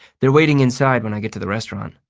they're waiting inside when i get to the restaurant.